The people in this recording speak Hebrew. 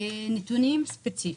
נתונים ספציפיים.